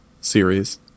series